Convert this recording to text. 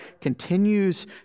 continues